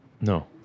No